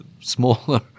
smaller